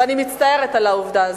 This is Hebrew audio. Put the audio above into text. ואני מצטערת על העובדה הזאת.